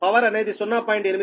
power అనేది 0